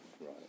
right